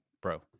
bro